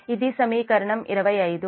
ఇది సమీకరణం 25